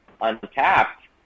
Untapped